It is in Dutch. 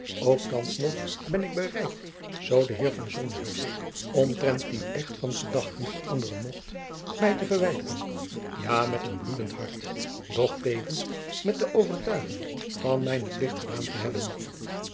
ook thands nog ben ik bereid zoo jacob van lennep de pleegzoon de heer van sonheuvel omtrent dien echt van gedachten veranderen mocht mij te verwijderen ja met een bloedend hart doch tevens met de overtuiging van mijnen plicht gedaan te hebben